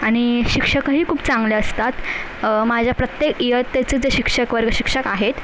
शिक्षकही खूप चांगले असतात माझ्या प्रत्येक इयत्तेचे जे शिक्षक वर्गशिक्षक आहेत